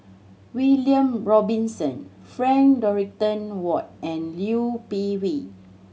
William Robinson Frank Dorrington Ward and Liu Peihe